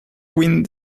wind